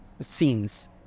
scenes